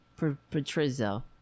Patrizio